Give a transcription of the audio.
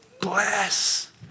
Bless